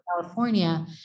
California